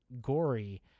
gory